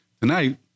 Tonight